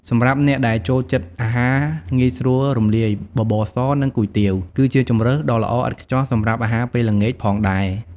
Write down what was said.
សម្រាប់អ្នកដែលចូលចិត្តអាហារងាយស្រួលរំលាយ បបរស និង គុយទាវ គឺជាជម្រើសដ៏ល្អឥតខ្ចោះសម្រាប់អាហារពេលល្ងាចផងដែរ ។